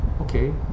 okay